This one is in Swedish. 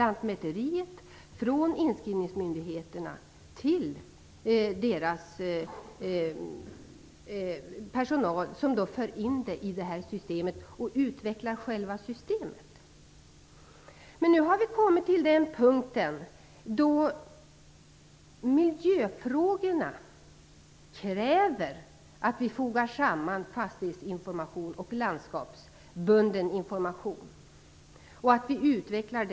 Lantmäteriet och inskrivningsmyndigheterna i systemet. På så sätt utvecklas systemet. Nu har vi kommit till den punkten där miljöfrågorna kräver att vi fogar samman fastighetsinformation och landskapsbunden information. Den delen skall utvecklas.